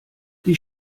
die